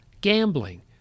gambling